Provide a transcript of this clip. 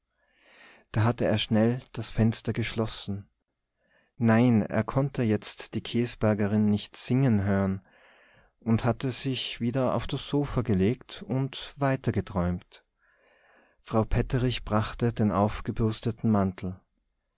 da hatte er schnell das fenster geschlossen nein er konnte jetzt die käsbergerin nicht singen hören und hatte sich wieder auf das sofa gelegt und weitergeträumt frau petterich brachte den ausgebürsteten mantel